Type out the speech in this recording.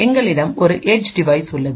எங்களிடம் ஒரு edge device உள்ளது